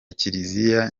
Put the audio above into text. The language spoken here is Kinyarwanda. kiliziya